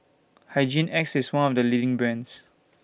Hygin X IS one of The leading brands